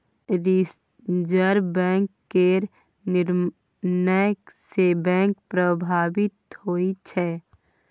reserve bank केर निर्णय सँ बैंक प्रभावित होइ छै